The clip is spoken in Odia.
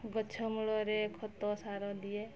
ଗଛମୂଳରେ ଖତ ସାର ଦିଏ